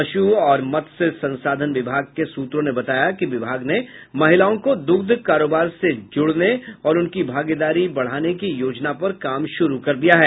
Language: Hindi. पश् और मत्स्य संसाधन विभाग के सूत्रों ने बताया कि विभाग ने महिलाओं को दुग्ध कारोबार से जुड़ने और उनकी भागीदारी बढ़ाने की योजना पर काम शुरू कर दिया है